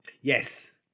Yes